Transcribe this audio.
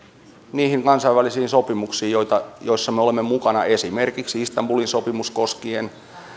niihin kansainvälisiin sopimuksiin joissa me olemme mukana esimerkiksi istanbulin sopimus koskien